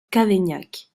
cavaignac